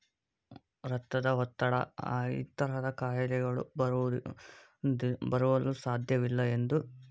ರಕ್ತದ ಒತ್ತಡ ಈ ಥರದ ಕಾಯಿಲೆಗಳು ಬರುವುದು ಬರುವಲು ಸಾಧ್ಯವಿಲ್ಲ ಎಂದು